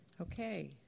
Okay